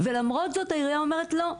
ולמרות זאת העירייה אומרת: לא,